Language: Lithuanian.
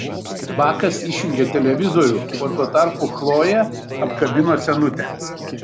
bakas išjungė televizorių o tuo tarpu chlojė apkabino senutę